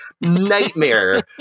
nightmare